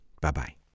Bye-bye